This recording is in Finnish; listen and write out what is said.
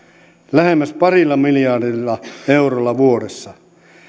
lähemmäs parilla miljardilla eurolla vuodessa